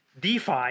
DeFi